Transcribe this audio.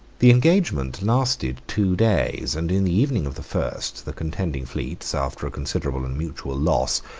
the engagement lasted two days and in the evening of the first, the contending fleets, after a considerable and mutual loss,